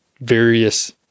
various